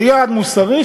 זה יעד מוסרי,